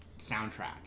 soundtrack